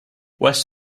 west